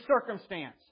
circumstance